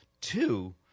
Two